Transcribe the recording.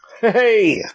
Hey